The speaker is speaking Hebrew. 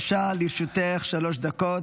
בבקשה, לרשותך שלוש דקות.